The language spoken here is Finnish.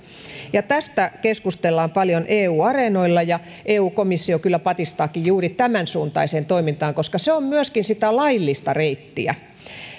tästä keskustellaan paljon eu areenoilla ja eu komissio kyllä patistaakin juuri tämänsuuntaiseen toimintaan koska se on myöskin sitä laillista reittiä